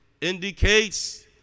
indicates